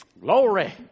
Glory